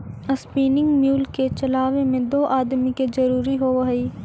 spinning mule के चलावे में दो आदमी के जरुरी होवऽ हई